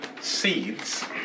seeds